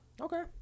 Okay